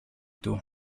του